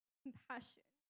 compassion